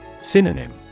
Synonym